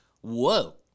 whoa